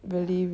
ya